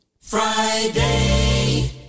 Friday